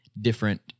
different